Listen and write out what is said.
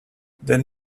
then